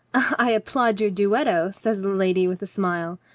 i applaud your duetto, says the lady with a smile.